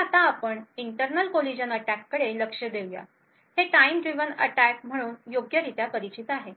तर आता आपण इंटरनल कोलीजन अटॅक कडे लक्ष देऊया हे टाईम ड्रिवन अटॅक म्हणून योग्यरित्या परिचित आहेत